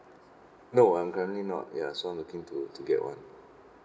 no I'm currently not ya so I'm looking to to get one